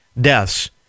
deaths